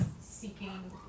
seeking